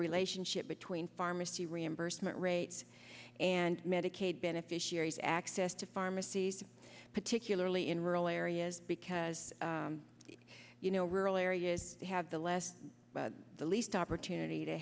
relationship between pharmacy reimbursement rates and medicaid benefits access to pharmacies particularly in rural areas because you know rural areas have the last the least opportunity to